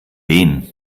wen